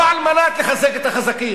לא על מנת לחזק את החזקים.